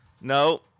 No